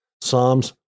Psalms